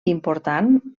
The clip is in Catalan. important